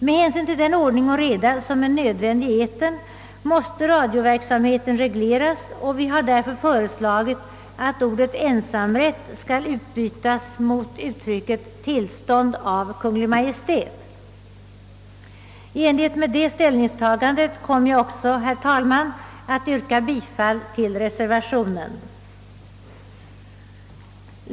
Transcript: Med hänsyn till den ordning och reda som är nödvändig i etern måste radioverksamheten regleras, och vi har därför föreslagit att ordet »ensamrätt» skall utbytas mot uttrycket »tillstånd av Kungl. Maj:t». I enlighet med detta ställningstagande kommer jag också, herr talman, att yrka bifall till reservationen på denna punkt.